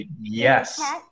yes